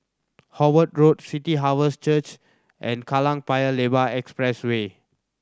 Howard Road City Harvest Church and Kallang Paya Lebar Expressway